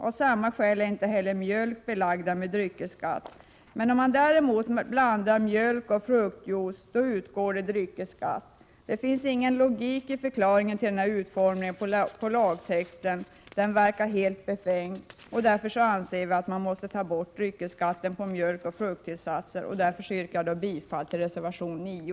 Av samma skäl är inte heller mjölk belagd med dryckesskatt. Om mjölken däremot blandas med fruktjuice utgår dryckesskatt. Det finns ingen logik i förklaringen till denna utformning av lagtexten — den verkar helt befängd. Därför måste dryckesskatten på mjölk med frukttillsats tas bort. Jag yrkar bifall till reservation 9.